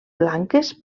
blanques